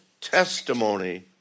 testimony